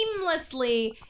seamlessly